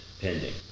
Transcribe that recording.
pending